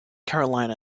carolina